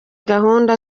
gahunda